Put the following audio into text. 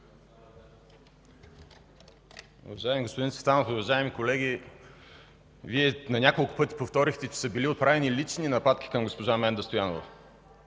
Уважаеми господин Цветанов, уважаеми колеги, Вие няколко пъти повторихте, че са били отправяни лични нападки към госпожа Менда Стоянова.